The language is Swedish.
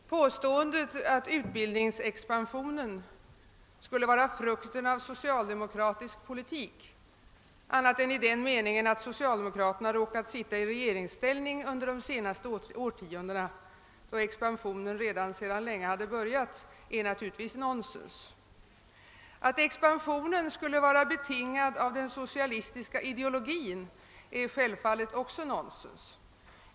Herr talman! Påståendet att utbildningsexpansionen skulle vara frukten av socialdemokratisk politik annat än i den meningen, att socialdemokraterna råkat sitta i regeringsställning under de senaste årtiondena, då expansionen redan sedan länge fortgått, är nonsens. Att expansionen skulle vara betingad av den socialistiska ideologin är självfallet också nonsens.